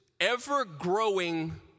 ever-growing